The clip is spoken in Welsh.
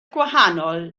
gwahanol